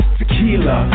tequila